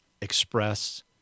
express